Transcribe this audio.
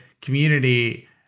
community